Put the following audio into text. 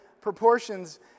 proportions